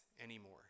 anymore